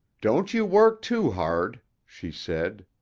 don't you work too hard, she said,